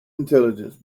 intelligence